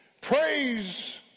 praise